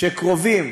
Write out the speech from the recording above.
שקרובים